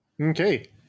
Okay